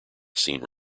scene